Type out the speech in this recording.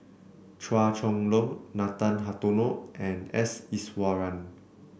Chua Chong Long Nathan Hartono and S Iswaran